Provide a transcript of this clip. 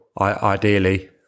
ideally